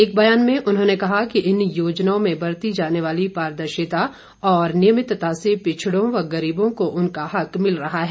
एक बयान में उन्होंने कहा कि इन योजनाओं में बरती जाने वाली पारदर्शिता और नियमितता से पिछड़ों व गरीबों को उनका हक मिल रहा है